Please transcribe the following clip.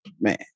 man